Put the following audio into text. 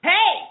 Hey